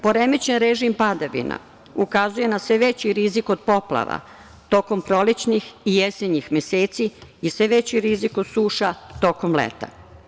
Poremećen režim padavina ukazuje na sve veći rizik od poplava tokom prolećnih i jesenjih meseci i sve veći rizik suša tokom leta.